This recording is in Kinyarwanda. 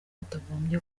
batagombye